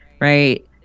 Right